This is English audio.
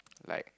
like